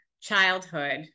childhood